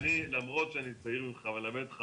למרות שאני צעיר ממך אבל אלמד אותך